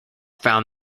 found